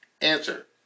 Answer